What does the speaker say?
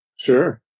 Sure